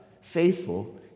faithful